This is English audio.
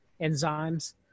enzymes